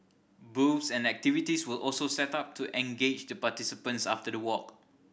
booths and activities were also set up to engage the participants after the walk